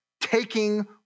taking